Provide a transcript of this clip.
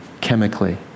chemically